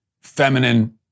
feminine